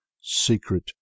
SECRET